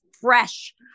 fresh